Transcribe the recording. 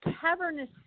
cavernous